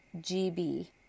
G-B